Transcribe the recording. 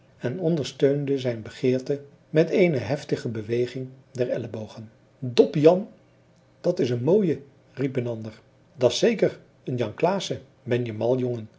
en ondersteunde zijn begeerte met eene heftige beweging der ellebogen doppie jan dat is een mooie riep een ander da's zeker en jan klaasen ben je mal jongen